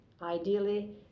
ideally